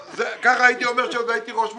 כך הייתי אומר כשהייתי ראש מועצה.